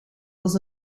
was